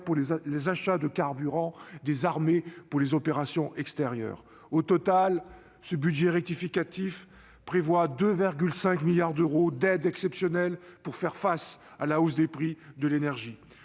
pour les achats de carburant des armées pour les opérations extérieures. Au total, ce budget rectificatif prévoit 2,5 milliards d'euros d'aides exceptionnelles pour faire face à la hausse des prix de l'énergie.